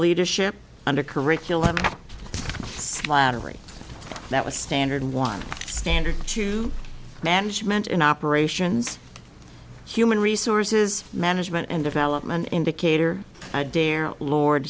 leadership under curriculum slattery that was standard one standard two management in operations human resources management and development indicator adair lord